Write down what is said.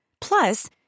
Plus